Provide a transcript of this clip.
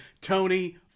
Tony